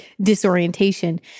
disorientation